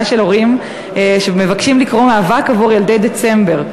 של הורים שמבקשים לקרוא למאבק עבור ילדי דצמבר.